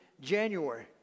January